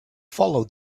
follow